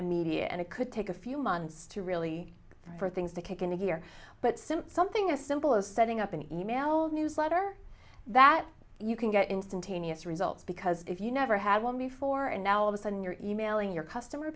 an media and it could take a few months to really for things to kick in here but since something as simple as setting up an e mail newsletter that you can get instantaneous results because if you never had one before and now all of a sudden you're e mailing your customer